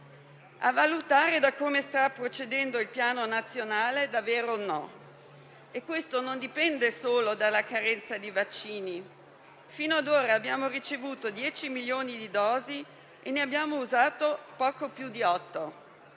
A valutare da come sta procedendo il Piano nazionale, davvero no. E questo non dipende solo dalla carenza di vaccini. Fino a ora abbiamo ricevuto 10 milioni di dosi e ne abbiamo usate poco più di 8,